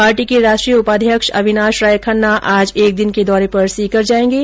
party के राष्ट्रीय उपाध्यक्ष अविनाश राय खन्ना आज एक दिन के दौरे पर सीकर जायेंगे